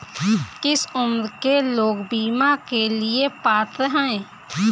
किस उम्र के लोग बीमा के लिए पात्र हैं?